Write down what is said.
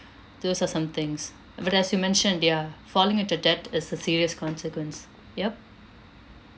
those are some things but as you mentioned they are falling into debt is a serious consequence yup